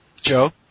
Joe